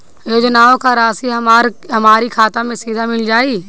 योजनाओं का राशि हमारी खाता मे सीधा मिल जाई?